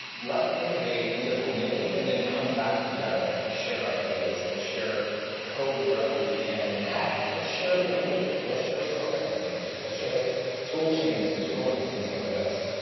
let's innovate independently and then come back together and share ideas and share code wherever we can and hack. let's share languages. let's share programming languages. let's share tool chains and tooling and things like this.